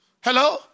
Hello